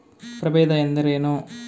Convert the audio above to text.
ಪ್ರಭೇದ ಎಂದರೇನು?